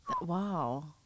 Wow